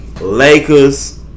Lakers